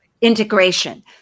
integration